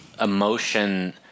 emotion